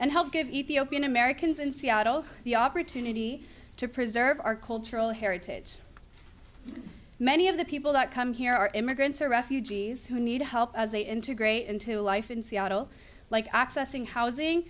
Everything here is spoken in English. and help give ethiopian americans in seattle the opportunity to preserve our cultural heritage many of the people that come here are immigrants or refugees who need help as they integrate into life in seattle like accessing housing